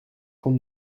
com